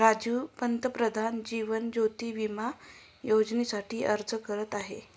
राजीव पंतप्रधान जीवन ज्योती विमा योजनेसाठी अर्ज करत आहे